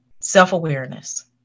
self-awareness